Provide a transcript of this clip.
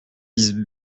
dix